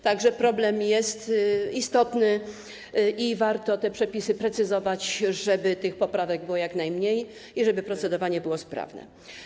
Tak że problem jest istotny i warto te przepisy precyzować, żeby tych poprawek było jak najmniej i żeby procedowanie było sprawne.